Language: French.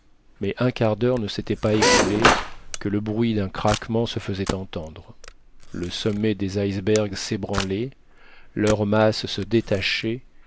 mais un quart d'heure ne s'était pas écoulé que le bruit d'un craquement se faisait entendre le sommet des icebergs s'ébranlait leur masse se détachait